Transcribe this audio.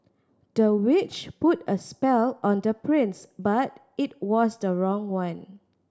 the witch put a spell on the prince but it was the wrong one